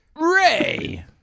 Ray